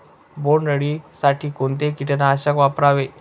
बोंडअळी साठी कोणते किटकनाशक वापरावे?